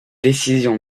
décision